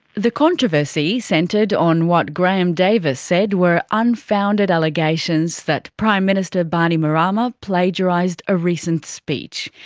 the controversy centred on what graham davis said were unfounded allegations that prime minister bainimarama plagiarised a recent speech.